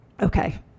okay